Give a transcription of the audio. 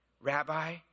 Rabbi